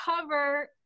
cover